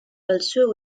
also